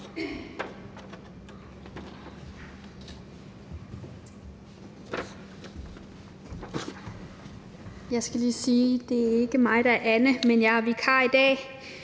Jeg skal lige sige, at det ikke er mig, der er Anne, men jeg er vikar i dag,